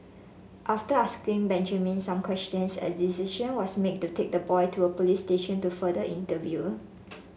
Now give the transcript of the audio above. after asking Benjamin some questions a decision was made to take the boy to a police station to further interview